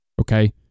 Okay